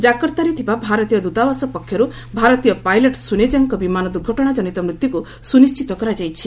ଜାକର୍ତ୍ତାରେ ଥିବା ଭାରତୀୟ ଦୂତାବାସ ପକ୍ଷରୁ ଭାରତୀୟ ପାଇଲଟ୍ ସୁନେକାଙ୍କ ବିମାନ ଦୁର୍ଘଟଣାଜନିତ ମୃତ୍ୟୁକୁ ସୁନିଶ୍ଚିତ କରାଯାଇଛି